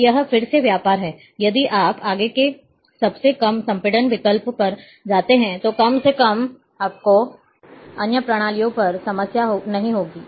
तो यह फिर से व्यापार है यदि आप आगे के सबसे कम संपीड़न विकल्प पर जाते हैं तो कम से कम आपको अन्य प्रणालियों पर समस्या नहीं होगी